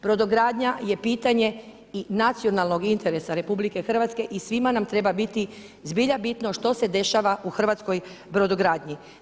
Brodogradnja je pitanje i nacionalnog interesa RH i svima nam treba biti zbilja bitno što se dešava u hrvatskoj brodogradnji.